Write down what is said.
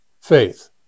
faith